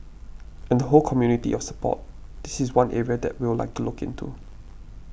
and the whole community of support this is one area that we'll like to look into